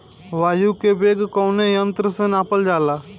वायु क वेग कवने यंत्र से नापल जाला?